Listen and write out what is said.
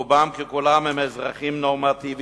רובם ככולם הם אזרחים נורמטיביים,